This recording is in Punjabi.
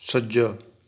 ਸੱਜਾ